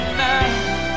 now